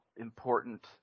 important